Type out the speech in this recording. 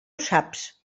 saps